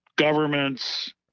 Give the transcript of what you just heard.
governments